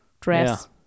dress